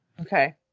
Okay